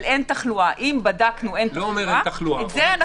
של אם בדקנו, אין תחלואה זה לא נכון.